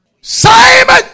Simon